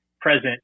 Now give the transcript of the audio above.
present